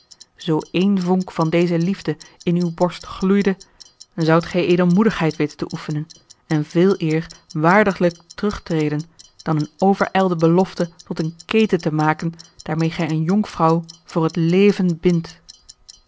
zoo één vonk van deze liefde in uwe borst gloeide zoudt gij edelmoedigheid weten te oefenen en veeleer waardiglijk terugtreden dan eene overijlde belofte tot een keten te maken daarmeê gij eene jonkvrouw voor het leven bindt